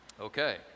Okay